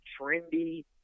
trendy